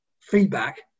feedback